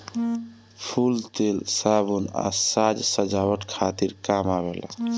फूल तेल, साबुन आ साज सजावट खातिर काम आवेला